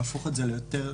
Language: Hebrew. להפוך את זה יותר נגיש,